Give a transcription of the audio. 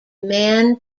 man